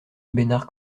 bénard